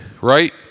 right